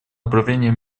управление